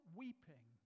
weeping